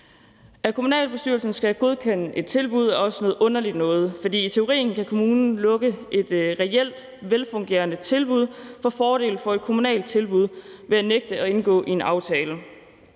At kommunalbestyrelsen skal godkende et tilbud, er også noget underligt noget. For i teorien kan kommunen lukke et reelt velfungerende tilbud til fordel for et kommunalt tilbud ved at nægte at indgå en aftale.